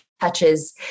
touches